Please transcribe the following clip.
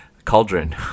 Cauldron